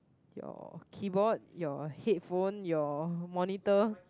your keyboard your headphone your monitor